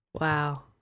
wow